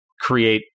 create